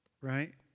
right